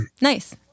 Nice